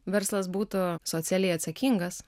verslas būtų socialiai atsakingas